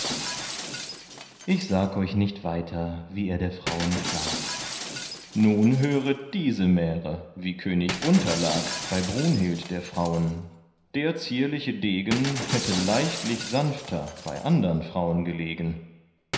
ich sag euch nicht weiter wie er der frauen pflag nun hört diese märe wie könig gunther lag bei brunhild der frauen der zierliche degen hätte leichtlich sanfter bei andern frauen gelegen